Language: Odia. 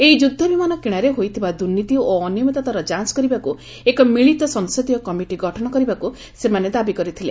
ଏହି ଯୁଦ୍ଧ ବିମାନ କିଣାରେ ହୋଇଥିବା ଦୁର୍ନୀତି ଓ ଅନିୟମିତତାର ଯାଞ୍ଚ କରିବାକୁ ଏକ ମିଳିତ ସଂସଦୀୟ କମିଟି ଗଠନ କରିବାକୁ ସେମାନେ ଦାବି କରିଥିଲେ